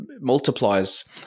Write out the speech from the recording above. multiplies